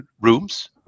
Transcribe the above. rooms